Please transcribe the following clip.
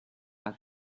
that